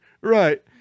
right